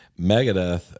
Megadeth